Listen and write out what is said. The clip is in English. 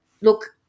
look